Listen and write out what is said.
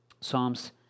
Psalms